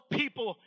people